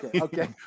okay